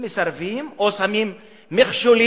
הם מסרבים או שמים מכשולים